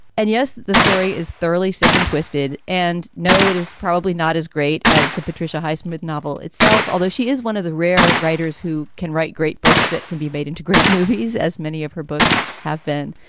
and yes, the story is thoroughly sick and twisted. and no, it is probably not as great as the patricia highsmith novel itself, although she is one of the rare writers who can write great books that can be made into great movies, as many of her books have been.